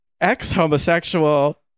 Ex-homosexual